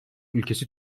ülkesi